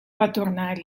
retornar